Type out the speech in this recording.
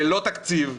ללא תקציב,